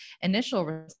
initial